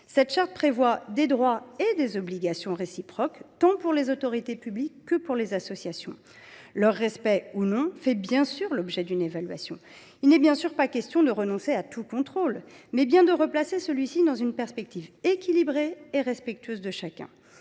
Cette charte prévoit des droits et obligations réciproques, tant pour les autorités publiques que pour les associations, dont le respect fait l’objet d’une évaluation. Il n’est bien sûr pas question de renoncer à tout contrôle, mais il faut replacer celui ci dans une perspective équilibrée et respectueuse de chacun.